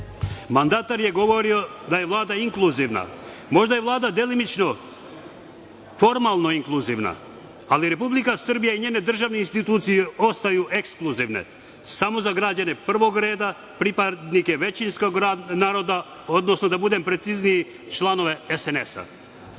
opštine. Mandatar je govorio da je Vlada inkluzivna. Možda je Vlada delimično, formalno inkluzivna, ali Republika Srbija i njene državne institucije ostaju ekskluzivne, samo za građane prvog reda, pripadnike većinskog naroda, odnosno da budem precizniji, članove